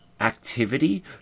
activity